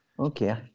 Okay